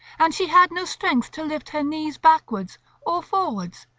and she had no strength to lift her knees backwards or forwards,